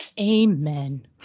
Amen